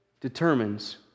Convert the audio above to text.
determines